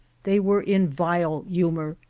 they were in vile humor,